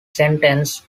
sentenced